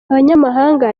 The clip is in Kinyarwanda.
abanyamahanga